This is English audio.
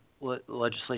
legislation